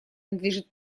надлежит